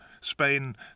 Spain